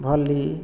ଭଲି